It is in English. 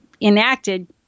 enacted